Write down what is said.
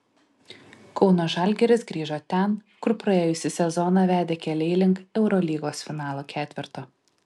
kauno žalgiris grįžo ten kur praėjusį sezoną vedė keliai link eurolygos finalo ketverto